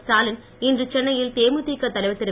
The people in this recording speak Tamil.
ஸ்டாலின் இன்று சென்னையில் தேமுதிக தலைவர் திரு